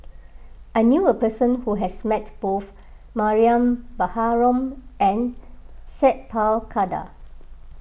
I knew a person who has met both Mariam Baharom and Sat Pal Khattar